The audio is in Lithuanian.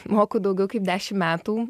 moku daugiau kaip dešimt metų